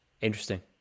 Interesting